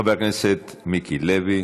חבר הכנסת מיקי לוי